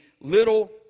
little